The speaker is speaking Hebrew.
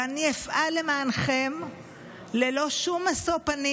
ואני אפעל למענכם ללא שום משוא פנים.